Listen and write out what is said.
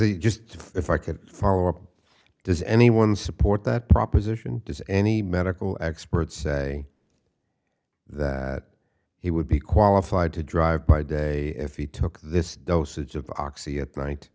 he just if i could follow up does anyone support that proposition does any medical experts say that he would be qualified to drive by day if he took this dosage of